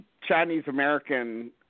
Chinese-American –